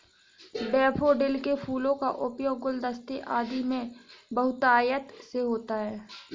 daffodil के फूलों का उपयोग गुलदस्ते आदि में बहुतायत से होता है